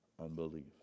Unbelief